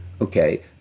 okay